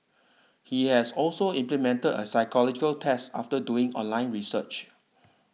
he has also implemented a psychological test after doing online research